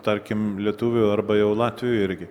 tarkim lietuvių arba jau latvių irgi